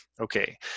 Okay